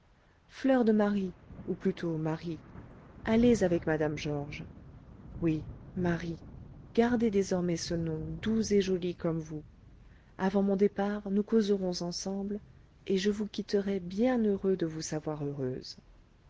fleur de marie ou plutôt marie allez avec mme georges oui marie gardez désormais ce nom doux et joli comme vous avant mon départ nous causerons ensemble et je vous quitterai bien heureux de vous savoir heureuse